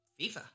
FIFA